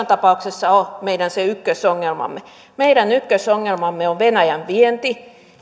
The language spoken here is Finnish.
tapauksessa ole meidän se ykkösongelmamme meidän ykkösongelmamme on venäjän vienti